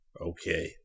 Okay